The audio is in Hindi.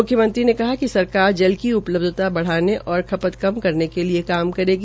म्ख्यमंत्री ने कहा कि सरकार जल की उपलब्धता बढ़ाने और खपत कम करने के लिए काम करेगी